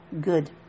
Good